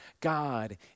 God